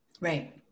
Right